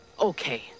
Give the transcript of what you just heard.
Okay